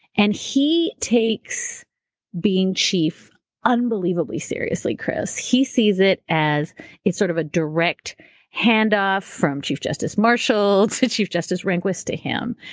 and he takes being chief unbelievably seriously, chris. he sees it as it's sort of a direct handoff from chief justice marshall to chief justice rehnquist to him.